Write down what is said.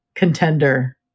Contender